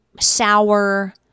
sour